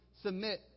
submit